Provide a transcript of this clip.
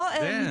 לא